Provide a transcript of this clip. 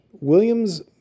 Williams